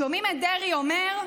שומעים את דרעי אומר: